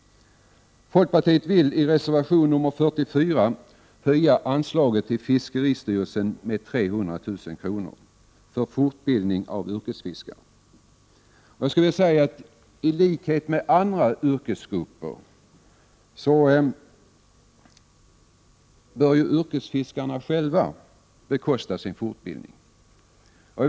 Folkpartiet vill i reservation nr 44 höja anslaget till fiskeristyrelsen med 300 000 kr. för fortbildning av yrkesfiskare. Jag skulle vilja säga att yrkesfiskarna i likhet med andra yrkesgrupper själva bör bekosta sin fortbildning.